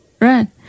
right